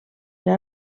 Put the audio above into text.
era